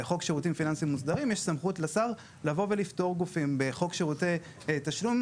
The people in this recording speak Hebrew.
כמו בחוק שירותים פיננסים מוסדרים ובחוק שירותי תשלום.